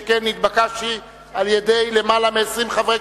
שכן נתבקשתי על-ידי למעלה מ-20 חברי